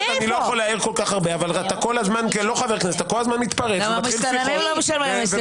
המסתננים לא משלמים מיסים.